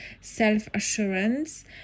self-assurance